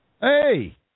hey